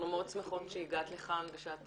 אנחנו מאוד שמחות שהגעת לכאן ושאת